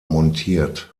montiert